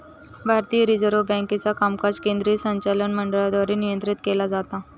भारतीय रिझर्व्ह बँकेचा कामकाज केंद्रीय संचालक मंडळाद्वारे नियंत्रित केला जाता